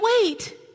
wait